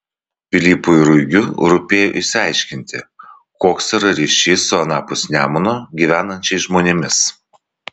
pilypui ruigiu rūpėjo išsiaiškinti koks yra ryšys su anapus nemuno gyvenančiais žmonėmis